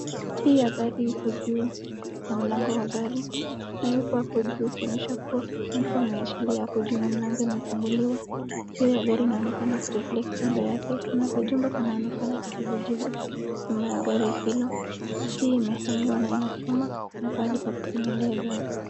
Key ya gari iko juu ya mlango wa gari. Imewekwa hapo juu kuonyesha kuwa mtu ameichilia hapo juu na mlango imefunguliwa. Kioo ya gari inaonekana kureflect kando yake. Kuna kajumba kanaonekana kijivujivu nyuma ya gari hilo. Key imehanigwa na ina chuma na pahali pa kufinyilia gari.